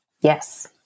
Yes